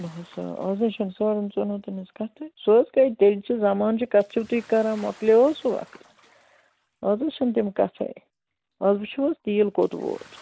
نہَ حظ اَز حظ چھُنہٕ ساڑَن ژۄن ہَتَن ہٕنٛز کَتھٕے سُہ حظ گٔے تیٚلہِ چہِ زَمانچہِ کَتھٕ چھُِو تُہۍ کَران مۄکلیو حظ سُہ وقت اَز حظ چھِنہٕ تِم کَتھَے اَز وُچھو حظ تیٖل کوٚت ووت